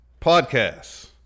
podcasts